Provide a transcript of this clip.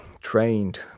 trained